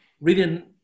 reading